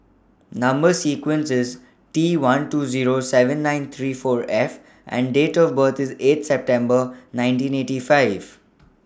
Number sequence IS T one two Zero seven nine three four F and Date of birth IS eight September nineteen eighty five